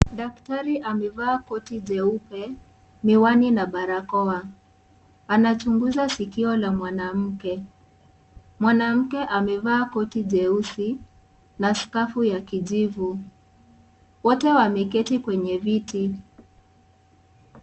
Daktari amevaa koti jeupe, miwani na barakoa anachunguza sikio la mwanamke, mwanamke amevaa koti jeusi na skafu ya kijivu, wote wameketi kwenye viti.